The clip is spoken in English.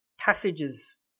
passages